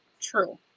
true